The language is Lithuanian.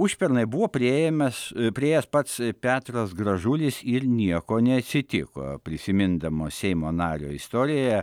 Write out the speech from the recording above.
užpernai buvo priėmęs priėjęs pats petras gražulis ir nieko neatsitiko prisimindamos seimo nario istoriją